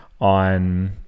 on